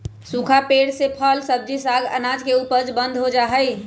सूखा पेड़ से फल, सब्जी, साग, अनाज के उपज बंद हो जा हई